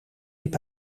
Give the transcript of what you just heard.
liep